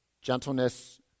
gentleness